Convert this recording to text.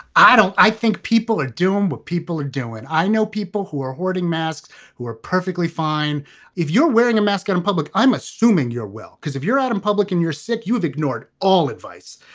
i don't. i think people are doing what people are doing i know people who are hoarding masks who are perfectly fine if you're wearing a mask in public. i'm assuming you're well, because if you're out in public in your city, you've ignored all advice.